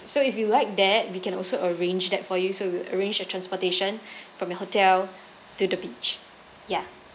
so if you like that we can also arrange that for you so we'll arrange a transportation from your hotel to the beach ya